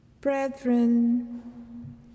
Brethren